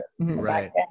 right